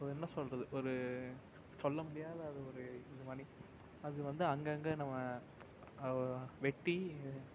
என்ன சொல்கிறது ஒரு சொல்ல முடியாத அது ஒரு இது மானி அது வந்து அங்கங்கே நம்ம வெட்டி